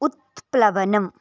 उत्प्लवनम्